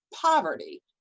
poverty